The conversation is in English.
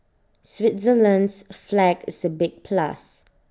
Switzerland's flag is A big plus